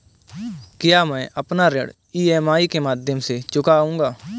क्या मैं अपना ऋण ई.एम.आई के माध्यम से चुकाऊंगा?